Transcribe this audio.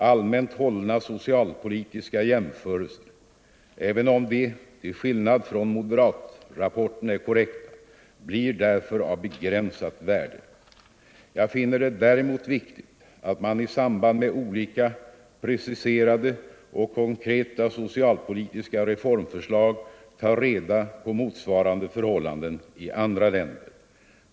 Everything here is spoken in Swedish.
Allmänt hållna socialpolitiska jämförelser — även om de till skillnad från moderatrapporten är korrekta — blir därför av begränsat värde. Jag finner det däremot viktigt att man i samband med olika preciserade och konkreta socialpolitiska reformförslag tar reda på motsvarande förhållanden i andra länder.